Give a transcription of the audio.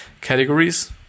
categories